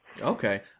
Okay